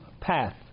path